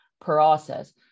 process